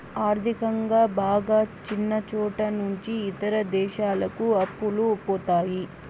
ఆర్థికంగా బాగా ఉన్నచోట నుంచి ఇతర దేశాలకు అప్పులు పోతాయి